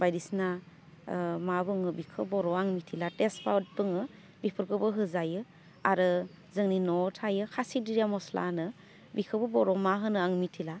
बायदिसिना मा बुङो बेखौ बर'वाव आं मिथिला थेसफाद बुङो बेफोरखौबो होजायो आरो जोंनि न'वाव थायो खासि दिरा मस्ला होनो बिखौबो बर'वाव मा होनो आं मिथिला